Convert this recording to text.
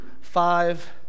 five